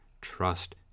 trust